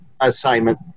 assignment